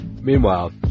Meanwhile